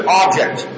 object